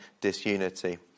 disunity